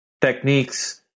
techniques